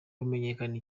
hamenyekana